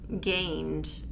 gained